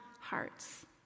hearts